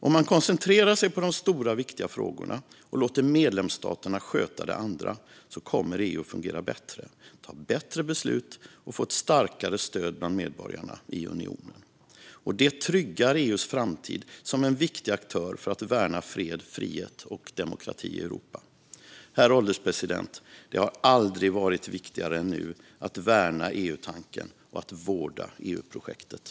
Om man koncentrerar sig på de stora, viktiga frågorna och låter medlemsstaterna sköta det andra kommer EU att fungera bättre, fatta bättre beslut och få ett starkare stöd bland medborgarna i unionen. Det tryggar EU:s framtid som en viktig aktör för att värna fred, frihet och demokrati i Europa. Herr ålderspresident! Det har aldrig varit viktigare än nu att värna EUtanken och vårda EU-projektet.